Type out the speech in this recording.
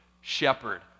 shepherd